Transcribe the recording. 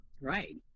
Right